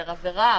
פר עבירה,